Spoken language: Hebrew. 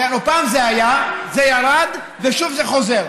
פעם זה היה, זה ירד ושוב זה חוזר.